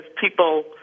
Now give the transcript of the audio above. people